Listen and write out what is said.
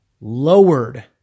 lowered